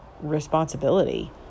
responsibility